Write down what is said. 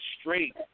straight